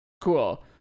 Cool